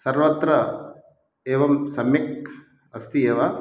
सर्वत्र एवं सम्यक् अस्ति एव